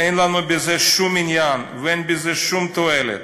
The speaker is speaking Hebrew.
אין לנו בזה שום עניין ואין בזה שום תועלת.